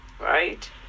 Right